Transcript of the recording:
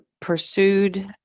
pursued